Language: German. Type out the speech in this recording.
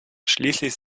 schließlich